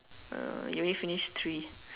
uh you only finished three